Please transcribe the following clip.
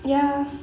ya